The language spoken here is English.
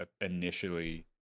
initially